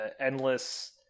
endless